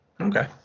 Okay